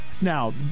Now